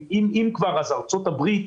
אם כבר אז ארצות הברית